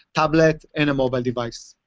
tablet, and a mobile device.